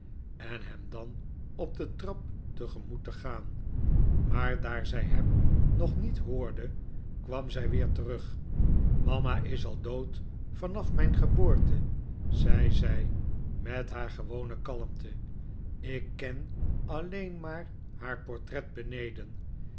en hem dan op de trap tegemoet te gaan maar daar zij hem nog niet hoorde kwam zij weer terug mama is al dood vanaf mijn geboorte zei zij met haar gewone kalmte ik ken alleen maar haar portret beneden